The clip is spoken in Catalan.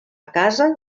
casa